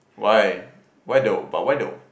why why though but why though